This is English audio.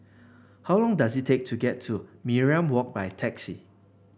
how long does it take to get to Mariam Walk by taxi